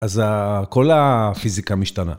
אז כל הפיזיקה משתנה.